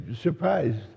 surprised